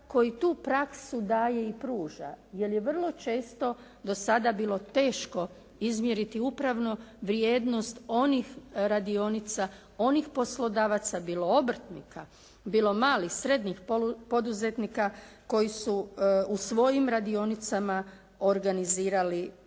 koji tu praksu daje i pruža jer je vrlo često do sada bilo teško izmjeriti upravnu vrijednost onih radionica, onih poslodavaca bilo obrtnika, bilo malih, srednjih poduzetnika koji su u svojim radionicama organizirali